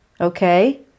Okay